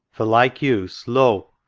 for like use, lo!